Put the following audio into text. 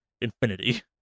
infinity